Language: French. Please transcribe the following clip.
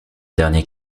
dernier